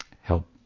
help